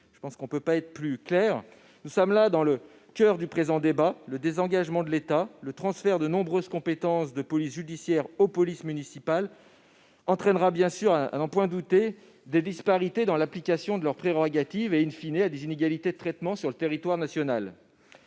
» On ne peut pas être plus clair. Nous sommes dans le coeur du présent débat : le désengagement de l'État et le transfert de nombreuses compétences de police judiciaire aux polices municipales entraîneront à n'en point douter des disparités dans l'application de leurs prérogatives et,, des inégalités de traitement sur le territoire national.